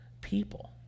people